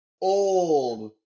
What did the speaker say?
old